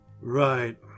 Right